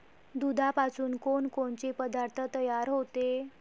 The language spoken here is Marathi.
दुधापासून कोनकोनचे पदार्थ तयार होते?